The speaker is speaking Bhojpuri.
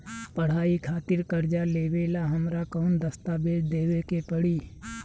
पढ़ाई खातिर कर्जा लेवेला हमरा कौन दस्तावेज़ देवे के पड़ी?